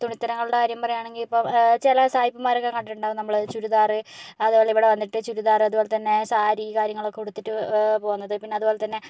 തുണിത്തരങ്ങളുടെ കാര്യം പറയുകയാണെങ്കിൽ ഇപ്പം ചില സായിപ്പന്മാരൊക്കെ കണ്ടിട്ടുണ്ടാകും നമ്മൾ ചുരിദാർ അതുപോലെ ഇവിടെ വന്നിട്ട് ചുരിദാർ അതുപോലെ തന്നെ സാരി കാര്യങ്ങളൊക്കെ ഉടുത്തിട്ട് പോകുന്നത് പിന്നെ അതുപോലെ തന്നെ